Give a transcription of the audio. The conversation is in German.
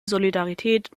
solidarität